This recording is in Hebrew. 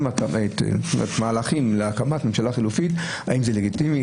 האם מהלכים להקמת ממשלה חלופית, האם זה לגיטימי?